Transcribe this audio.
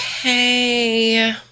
Okay